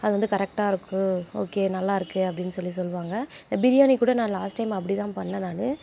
அது வந்து கரெக்டாக இருக்குது ஓகே நல்லாயிருக்கு அப்படின்னு சொல்லி சொல்வாங்க பிரியாணி கூட நான் லாஸ்ட் டைம் அப்படி தான் பண்ணிணேன் நான்